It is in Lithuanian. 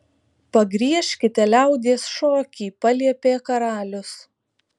pagriežkite liaudies šokį paliepė karalius